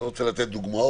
אני לא רוצה לתת דוגמאות,